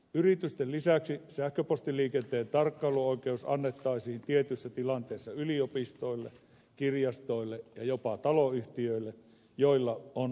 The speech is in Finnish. yritysten lisäksi sähköpostiliikenteen tarkkailuoikeus annettaisiin tietyissä tilanteissa yliopistoille kirjastoille ja jopa taloyhtiöille joilla on oma viestintäverkko